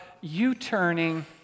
U-turning